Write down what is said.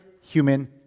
human